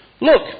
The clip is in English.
look